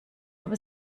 aber